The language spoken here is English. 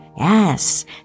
Yes